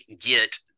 get